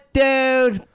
dude